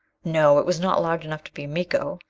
no, it was not large enough to be miko.